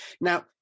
Now